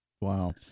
Wow